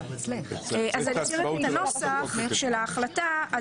אני אקריא את הנוסח של ההחלטה.